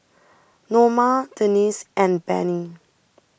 Noma Denese and Bennie